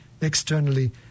externally